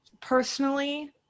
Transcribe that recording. personally